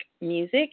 music